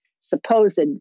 supposed